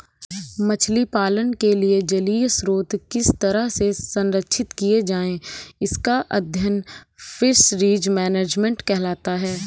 मछली पालन के लिए जलीय स्रोत किस तरह से संरक्षित किए जाएं इसका अध्ययन फिशरीज मैनेजमेंट कहलाता है